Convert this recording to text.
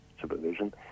supervision